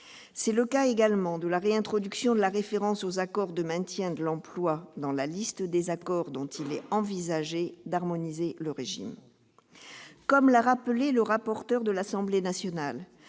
C'est le cas également de la réintroduction de la référence aux accords de maintien de l'emploi dans la liste des accords dont il est envisagé d'harmoniser le régime. Comme l'a rappelé le rapporteur du texte à l'Assemblée nationale,